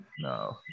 No